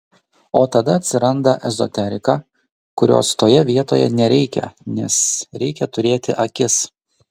o tada atsiranda ezoterika kurios toje vietoje nereikia nes reikia turėti akis